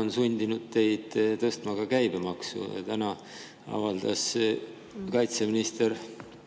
on sundinud teid tõstma ka käibemaksu. Täna avaldas kaitseminister Pevkur